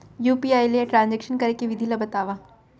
UPI ले transaction करे के विधि ला बतावव?